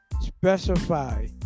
specify